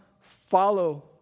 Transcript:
follow